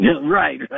Right